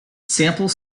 sample